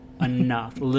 enough